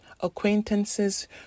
acquaintances